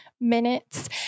minutes